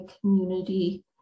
community